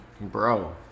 bro